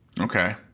Okay